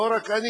לא רק אני,